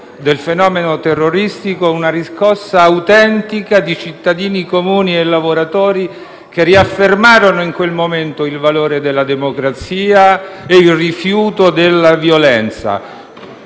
del fenomeno terroristico, una riscossa autentica di cittadini comuni e lavoratori, che riaffermarono in quel momento il valore della democrazia e il rifiuto della violenza.